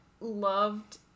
loved